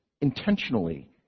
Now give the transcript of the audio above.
Intentionally